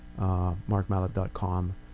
markmallet.com